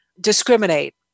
discriminate